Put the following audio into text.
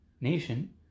nation